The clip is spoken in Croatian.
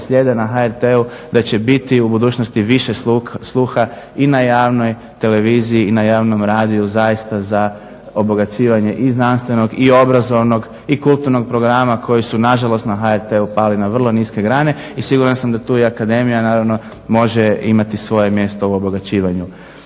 slijede na HRT-u da će biti u budućnosti više sluha i na javnoj televiziji i na javnom radiju zaista za obogaćivanje i znanstvenog i obrazovnog i kulturnog programa koji su nažalost na HRT-u pali na vrlo niske grane. I siguran sam da tu i akademija naravno može imati svoje mjesto u obogaćivanju